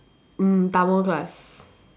in Tamil class